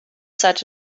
such